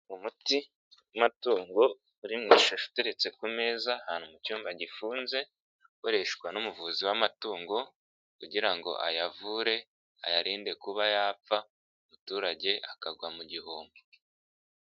Umuti w'amatungo uri mu ishashi uteretse ku meza ahantu mu cyumba gifunze ukoreshwa n'umuvuzi w'amatungo kugira ngo ayavure, ayarinde kuba yapfa umuturage akagwa mu gihombo.